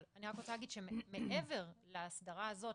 אבל אני רק רוצה להגיד שמעבר להסדרה הזו,